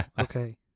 okay